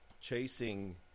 chasing